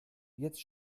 jetzt